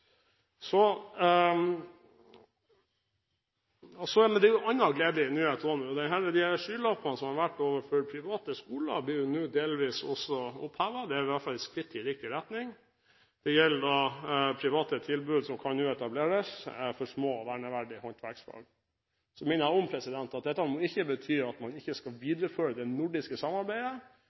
Skylappene overfor private skoler blir nå delvis opphevet. Det er i hvert fall et skritt i riktig retning, og det gjelder private tilbud som nå kan etableres for små og verneverdige håndverksfag. Jeg minner om at dette ikke må bety at man ikke skal videreføre det nordiske samarbeidet